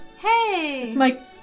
Hey